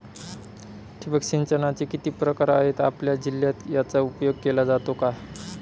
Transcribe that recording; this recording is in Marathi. ठिबक सिंचनाचे किती प्रकार आहेत? आपल्या जिल्ह्यात याचा उपयोग केला जातो का?